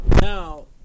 Now